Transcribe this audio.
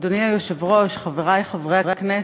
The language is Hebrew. אדוני היושב-ראש, חברי חברי הכנסת,